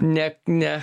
net ne